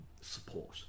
support